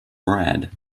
brad